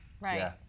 Right